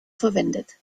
verwendet